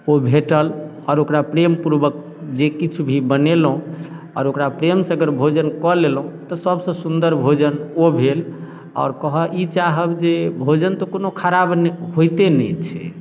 ओ भेटल आओर ओकरा प्रेमपूर्वक जे किछु भी बनेलहुँ आओर ओकरा प्रेम से अगर भोजन कऽ लेलहुँ तऽ सभ से सुंदर भोजन ओ भेल आओर कहऽ ई चाहब जे भोजन तऽ कोनो खराब नहि होइते नहि छै